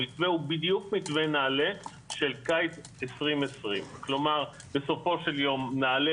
המתווה הוא מתווה נעל"ה של קיץ 2020. בסופו של יום נעל"ה